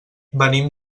venim